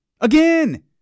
Again